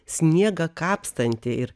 sniegą kapstantį ir